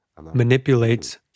manipulates